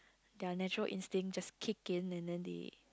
their nature instinct just keep gain and then the